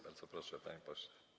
Bardzo proszę, panie pośle.